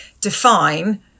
define